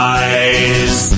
eyes